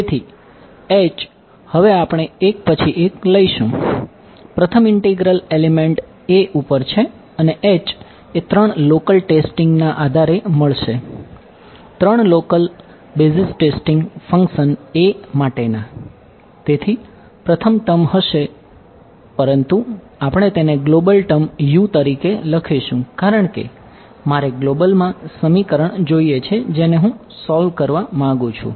તેથી હવે આપણે એક પછી એક લઈશું પ્રથમ ઇન્ટિગ્રલ a ઉપર છે અને એ ત્રણ લોકલ તરીકે લખીશું કારણ કે મારે ગ્લોબલ જોઈએ છે જેને હું સોલ્વ કરવા માંગું છું